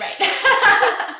right